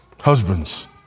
Husbands